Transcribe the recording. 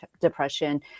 depression